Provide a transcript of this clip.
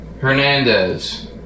Hernandez